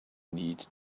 need